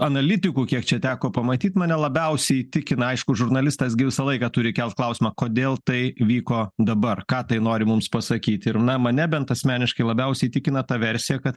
analitikų kiek čia teko pamatyt mane labiausiai įtikina aišku žurnalistas gi visą laiką turi kelt klausimą kodėl tai įvyko dabar ką tai nori mums pasakyt ir na mane bent asmeniškai labiausiai įtikina ta versija kad